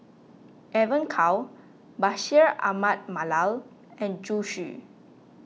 Evon Kow Bashir Ahmad Mallal and Zhu Xu